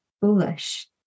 foolish